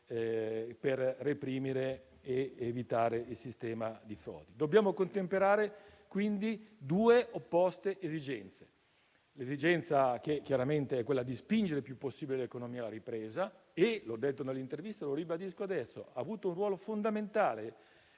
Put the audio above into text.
per reprimere ed evitare il sistema delle frodi. Dobbiamo contemperare quindi due opposte esigenze. La prima è l'esigenza di spingere il più possibile l'economia alla ripresa; a questo fine - l'ho detto nell'intervista e lo ribadisco adesso - ha avuto un ruolo fondamentale